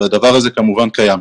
והדבר הזה כמובן קיים.